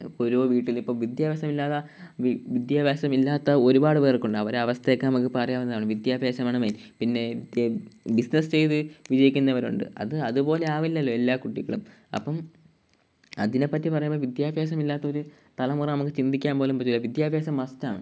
ഇപ്പോൾ ഒരു വീട്ടിൽ ഇപ്പം വിദ്യാഭ്യാസമില്ലാതെ വിദ്യഭ്യാസമില്ലാത്ത ഒരുപാട് പേർക്കുണ്ട് അവരെ അവസ്ഥയൊക്കെ നമക്കറിയാവുന്നതാണ് വിദ്യാഭ്യാസമാണ് മെയ്ൻ പിന്നെ ബിസിനസ്സ് ചെയ്ത് ജീവിക്കുന്നവരുണ്ട് അത് അതുപോലെ ആവില്ലല്ലോ എല്ലാ കുട്ടികളും അപ്പം അതിനെപ്പറ്റി പറയുമ്പോൾ വിദ്യാഭ്യാസമില്ലാത്ത ഒരു തലമുറ നമുക്ക് ചിന്തിക്കാൻ പോലും പറ്റില്ല വിദ്യാഭ്യാസം മസ്റ്റ് ആണ്